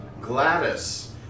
Gladys